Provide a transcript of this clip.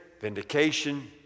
vindication